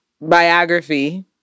biography